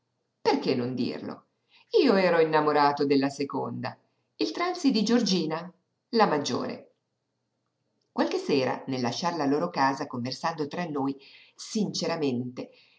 perché non dirlo io ero innamorato della seconda il tranzi di giorgina la maggiore qualche sera nel lasciar la loro casa conversando tra noi sinceramente